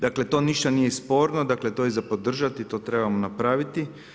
Dakle, to ništa nije sporno, dakle, to je za podržati i to trebamo napraviti.